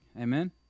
Amen